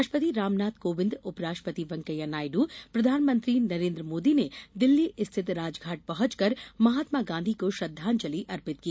राष्ट्रपति रामनाथ कोविन्द उपराष्ट्रपति वैकेया नायड प्रधानमंत्री नरेन्द्र मोदी ने दिल्ली रिथित राजघाट पहंच कर महात्मा गांधी को श्रद्वांजलि अर्पित की